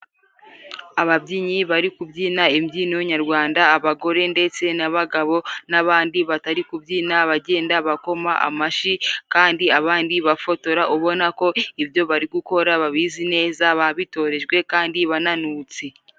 Ababyinnyi bari kubyina imbyino nyarwanda. Abagore ndetse n'abagabo n'abandi batari kubyina bagenda bakoma amashyi, kandi abandi bafotora, ubona ko ibyo bari gukora, babizi neza babitorejwe kandi bananutse.